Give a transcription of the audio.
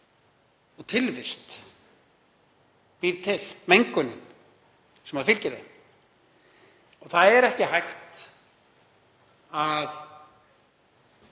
og tilvist býr til, mengunin sem fylgir þeim. Það er ekki hægt að